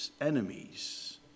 enemies